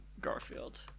Garfield